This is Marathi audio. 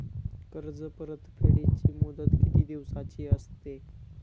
कर्ज परतफेडीची मुदत किती दिवसांची असते?